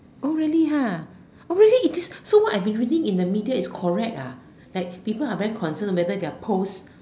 oh really oh really it is so what I've been reading in the media is correct like people are very concern whether their post